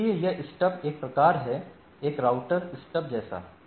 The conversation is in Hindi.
इसलिए यह स्टब का प्रकार है एक राउटर स्टब जैसा